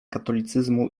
katolicyzmu